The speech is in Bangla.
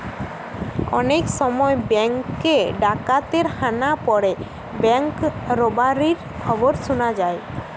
অনেক সময় বেঙ্ক এ ডাকাতের হানা পড়ে ব্যাঙ্ক রোবারির খবর শুনা যায়